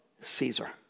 Caesar